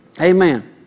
Amen